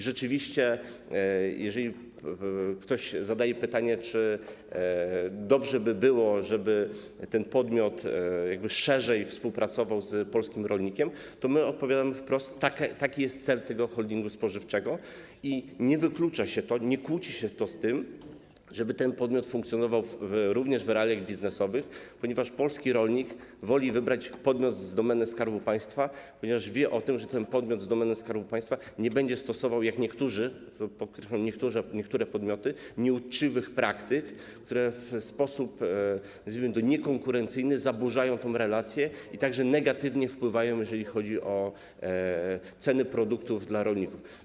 Rzeczywiście, jeżeli ktoś zadaje pytanie, czy dobrze by było, żeby ten podmiot szerzej współpracował z polskim rolnikiem, to my odpowiadamy wprost: taki jest cel tego holdingu spożywczego i nie wyklucza się to, nie kłóci się to z tym, żeby ten podmiot funkcjonował również w realiach biznesowych, ponieważ polski rolnik woli wybrać podmiot z domeny Skarbu Państwa, bo wie, że ten podmiot z domeny Skarbu Państwa nie będzie stosował, jak niektórzy, niektóre podmioty potrafią, nieuczciwych praktyk, które w sposób, nazwijmy to, niekonkurencyjny zaburzają tę relację, a także negatywnie wpływają, jeżeli chodzi o ceny produktów dla rolników.